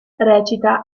recita